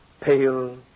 pale